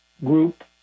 group